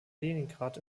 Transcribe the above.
leningrad